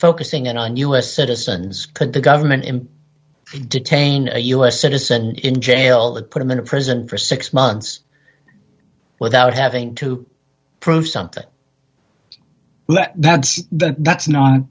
focusing in on u s citizens could the government him detain a u s citizen in jail and put him in a prison for six months without having to prove something that's that's not